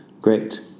Great